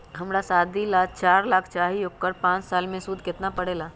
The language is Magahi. हमरा शादी ला चार लाख चाहि उकर पाँच साल मे सूद कितना परेला?